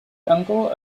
uncle